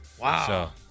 Wow